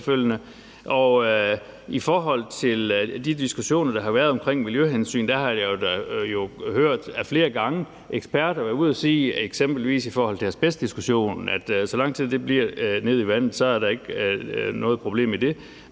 I forhold til de diskussioner, der har været omkring miljøhensyn, har jeg jo flere gange hørt eksperter være ude at sige, eksempelvis i forhold til asbestdiskussionen, at der, så lang tid det bliver nede i vandet, ikke er noget problem med det,